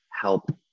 help